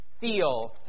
feel